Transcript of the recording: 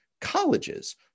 colleges